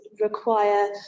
require